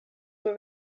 were